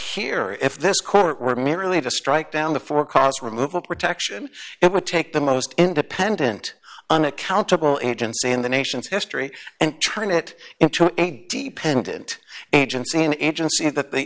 here if this court were merely to strike down the for cause removal protection it would take the most independent unaccountable agency in the nation's history and turn it into a deep pendant agency an agency that the